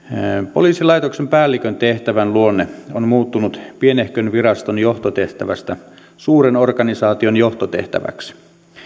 poliisilaitoksen päällikön tehtävän luonne on muuttunut pienehkön viraston johtotehtävästä suuren organisaation johtotehtäväksi